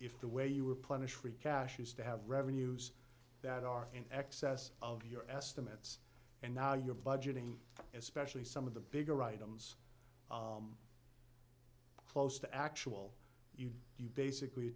if the way you were punished for cash is to have revenues that are in excess of your estimates and now you're budgeting especially some of the bigger items close to actual you you basically